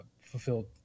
fulfilled